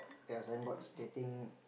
yea signboards stating